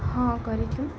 ହଁ କରିଛୁ